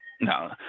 No